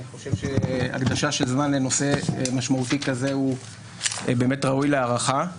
אני חושב שהקדשה של זמן לנושא משמעותי כזה ראויה להערכה.